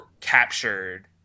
captured